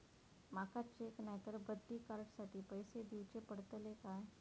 माका चेक नाय तर बदली कार्ड साठी पैसे दीवचे पडतले काय?